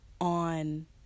on